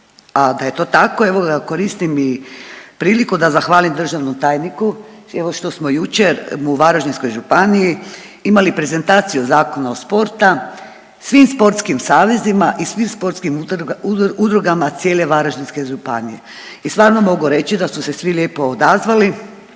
a da je to tako evo ga koristim i priliku da zahvalim državnom tajniku evo što smo jučer u Varaždinskoj županiji imali prezentaciju Zakona o sporta, svim sportskim savezima i svim sportskim udrugama cilj je Varaždinske županije i stvarno mogu reći da su se svi lijepo odazvali,